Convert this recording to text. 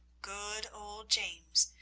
good old james,